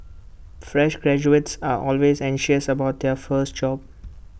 fresh graduates are always anxious about their first job